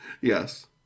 Yes